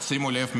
שימו לב,